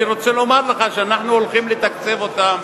אני רוצה לומר לך שאנחנו הולכים לתקצב אותם